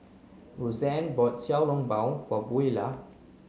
Rosann bought xiao long bao for Buelah